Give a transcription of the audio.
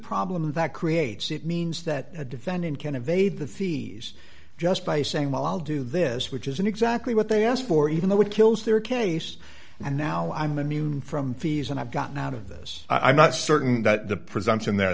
problem that creates it means that a defendant can evade the fees just by saying well i'll do this which isn't exactly what they asked for even though it kills their case and now i'm immune from fees and i've gotten out of this i'm not certain that the presumption that